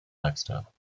lifestyle